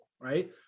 right